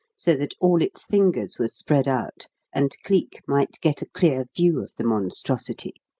so that all its fingers were spread out and cleek might get a clear view of the monstrosity.